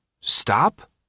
stop